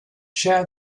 share